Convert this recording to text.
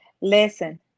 Listen